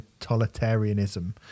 totalitarianism